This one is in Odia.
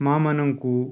ମା'ମନଙ୍କୁ